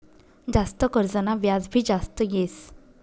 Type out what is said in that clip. जास्त कर्जना व्याज भी जास्त येस